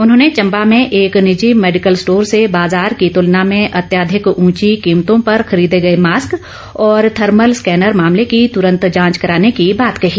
उन्होंने चंबा में एक निजी मेडिकल स्टोर से बाजार की तुलना में अत्याधिक ऊंची कीमतों पर खरीदे गए मास्क और थर्मल स्कैनर मामले की तुरंत जांच कराने की बात कही